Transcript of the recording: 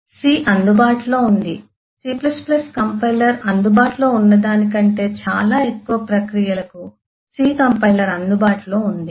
C అందుబాటులో ఉంది C compiler అందుబాటులో ఉన్న దానికంటే చాలా ఎక్కువ ప్రక్రియలకు C కంపైలర్ అందుబాటులో ఉంది